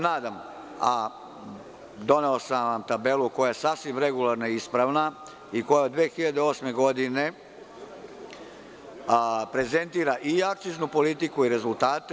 Nadam se, a doneo sam vam tabelu koja sasvim regularna i ispravna i koja od 2008. godine prezentira i akciznu politiku i rezultate.